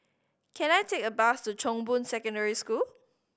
can I take a bus to Chong Boon Secondary School